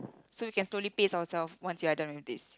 so we can slowly pace ourselves once we are done with this